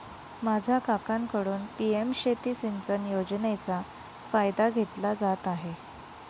माझा काकांकडून पी.एम शेती सिंचन योजनेचा फायदा घेतला जात आहे